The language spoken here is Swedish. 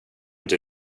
inte